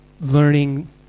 learning